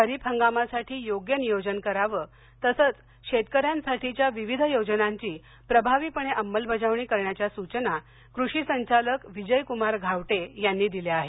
खरीप हंगामासाठी योग्य नियोजन करावे तसेच शेतकऱ्यांसाठीच्या विविध योजनांची प्रभावीपणे अंमलबजावणी करण्याच्या सूचना कृषी संचालक विजयकुमार घावटे यांनी दिल्या आहेत